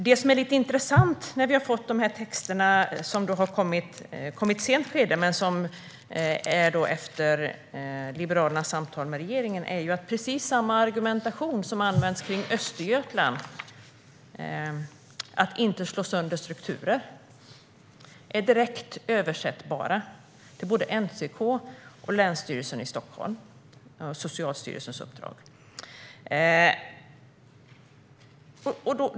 Det intressanta med de texter som vi fick i ett sent skede, efter Liberalernas samtal med regeringen, är att precis samma argumentation som används när det gäller Östergötland - att man inte vill slå sönder strukturer - är direkt översättbar till både NCK och Länsstyrelsen i Stockholms län eller till Socialstyrelsens uppdrag.